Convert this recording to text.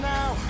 Now